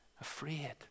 afraid